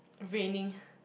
raining